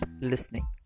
listening